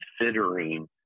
considering